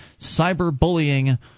cyberbullying